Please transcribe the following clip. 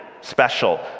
special